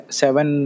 seven